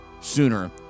sooner